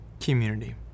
community